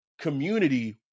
community